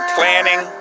Planning